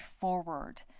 forward